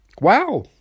Wow